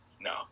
No